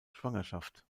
schwangerschaft